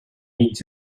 mig